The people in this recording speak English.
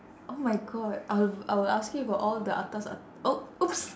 oh my god I'll I will ask you for all the atas at~ oh !oops!